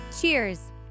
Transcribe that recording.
Cheers